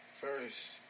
first